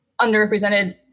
underrepresented